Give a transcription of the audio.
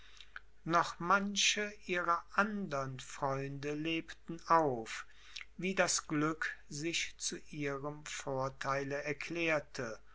noch manche ihrer andern freunde lebten auf wie das glück sich zu ihrem vortheile erklärte